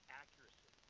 accuracy